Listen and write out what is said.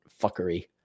fuckery